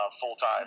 full-time